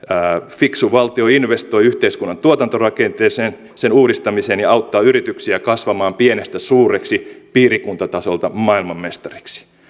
fiksu valtio investoi yhteiskunnan tuotantorakenteeseen sen uudistamiseen ja auttaa yrityksiä kasvamaan pienestä suureksi piirikuntatasolta maailmanmestariksi